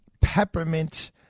peppermint